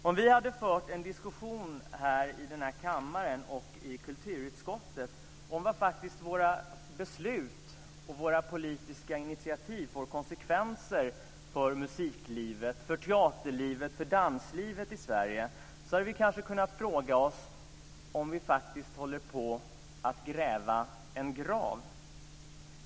Om vi hade fört en diskussion här i denna kammare och i kulturutskottet om vad våra beslut och våra politiska initiativ faktiskt får för konsekvenser för musiklivet, för teaterlivet och för danslivet i Sverige så hade vi kanske kunnat fråga oss om vi faktiskt håller på att gräva en grav.